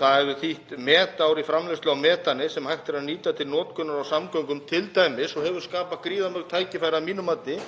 Það hefur þýtt metár í framleiðslu á metani sem hægt er að nýta til notkunar í samgöngum t.d. og hefur skapað gríðarleg tækifæri að mínu mati